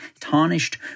tarnished